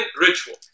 ritual